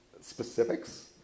specifics